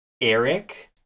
Eric